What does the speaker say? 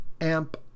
amp